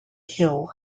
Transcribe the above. hill